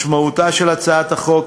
משמעותה של הצעת החוק,